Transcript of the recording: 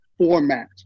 Format